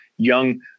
young